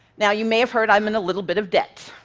now, you may have heard, i'm in a little bit of debt.